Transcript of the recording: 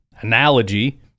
analogy